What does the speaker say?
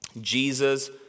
Jesus